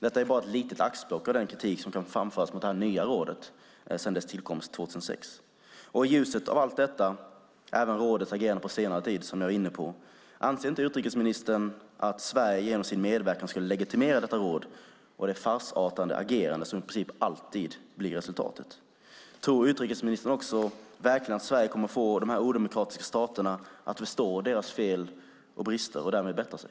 Detta är bara ett litet axplock av den kritik som kan framföras mot det här nya rådet sedan dess tillkomst 2006. I ljuset av allt detta och även rådets agerande på senare tid, anser inte utrikesministern att Sverige genom sin medverkan skulle legitimera detta råd och det farsartade agerande som i princip alltid blir resultatet? Tror utrikesministern verkligen att Sverige kommer att få dessa odemokratiska stater att förstå sina fel och brister och därmed bättra sig?